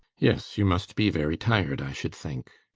yes, you must be very tired, i should think.